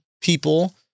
people